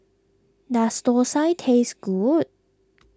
does Thosai taste good